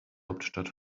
hauptstadt